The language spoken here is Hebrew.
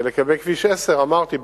לגבי כביש 10 אמרתי,